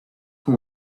who